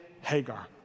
Hagar